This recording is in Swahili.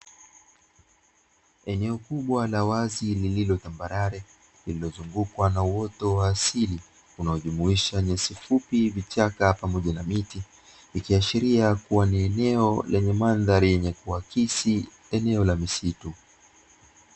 Eneo kubwa la wazi lililotambarare, lililozungukwa na uoto wa asili unaojumuisha nyasi fupi vichaka pamoja na miti, ikiashiria kuwa ni eneo lenye mandhari yenye kuakisi eneo la misitu.